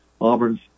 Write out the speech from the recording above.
Auburn's